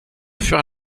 fuir